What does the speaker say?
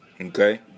okay